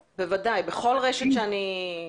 בכל רשת שבה אני קונה,